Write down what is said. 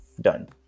done